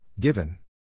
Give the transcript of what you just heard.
Given